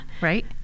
Right